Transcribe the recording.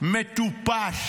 מטופש.